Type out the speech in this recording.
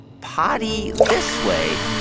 potty this way.